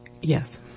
Yes